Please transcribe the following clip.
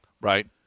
Right